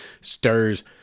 stirs